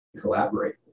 collaborate